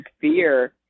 fear